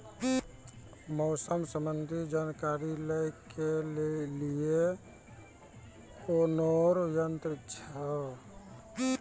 मौसम संबंधी जानकारी ले के लिए कोनोर यन्त्र छ?